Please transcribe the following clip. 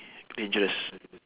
dangerous